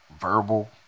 verbal